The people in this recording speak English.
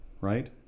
Right